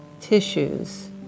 tissues